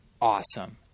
awesome